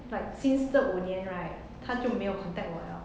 like since 这五年 right 她就没有 contact 我了